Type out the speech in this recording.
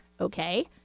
okay